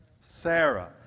Sarah